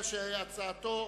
חבר הכנסת שי,